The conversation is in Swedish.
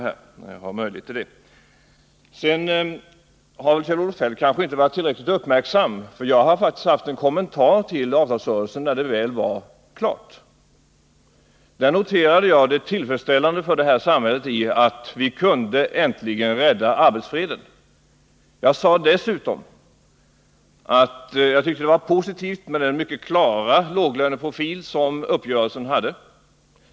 Kjell-Olof Feldt kanske inte har varit tillräckligt uppmärksam på detta, men jag har faktiskt gjort en kommentar till avtalsrörelsen när den väl var klar. Där noterade jag det tillfredsställande för samhället i att vi äntligen kunde rädda arbetsfreden. Jag sade också att jag tyckte det var positivt med den mycket klara låglöneprofilen i uppgörelsen.